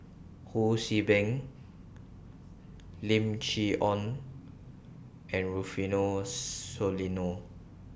Ho See Beng Lim Chee Onn and Rufino Soliano